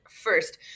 first